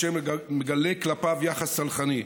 אשר מגלה כלפיו יחס סלחני.